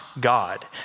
God